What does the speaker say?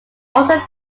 also